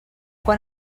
quan